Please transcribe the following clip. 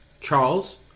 Charles